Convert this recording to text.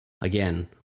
again